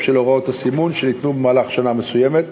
של הוראות הסימון שניתנו במהלך שנה מסוימת,